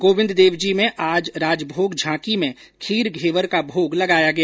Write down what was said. गोविंददेवजी में आज राजभोग झांकी में खीर घेवर का भोग लगाया गया